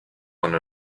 one